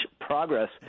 progress